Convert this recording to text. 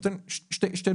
אני נותן שתי דוגמאות.